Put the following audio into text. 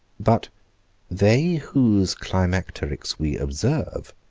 but they whose climacterics we observe,